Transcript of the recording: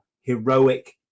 heroic